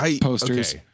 posters